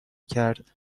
کرد